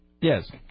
yes